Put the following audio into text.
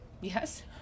yes